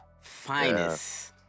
finest